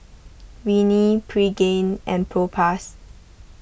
Rene Pregain and Propass